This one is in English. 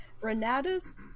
Renatus